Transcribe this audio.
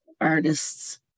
artists